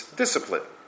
discipline